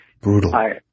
brutal